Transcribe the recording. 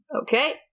Okay